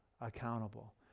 accountable